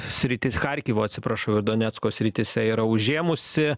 sritys charkivo atsiprašau ir donecko srityse yra užėmusi